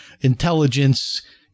intelligence